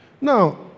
Now